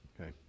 okay